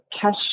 cash